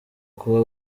kuba